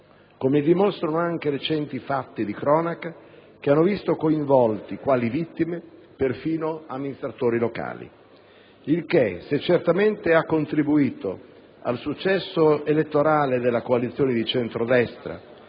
come dimostrano anche recenti fatti di cronaca, che hanno visti coinvolti quali vittime perfino amministratori locali; il che, se certamente ha contribuito al successo elettorale della coalizione di centrodestra